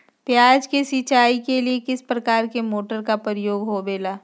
प्याज के सिंचाई के लिए किस प्रकार के मोटर का प्रयोग होवेला?